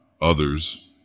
Others